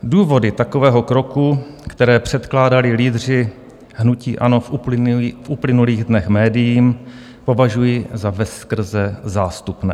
Důvody takového kroku, které předkládali lídři hnutí ANO v uplynulých dnech médiím, považuji za veskrze zástupné.